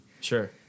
Sure